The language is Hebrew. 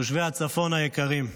תושבי הצפון היקרים,